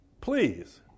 Please